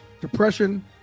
depression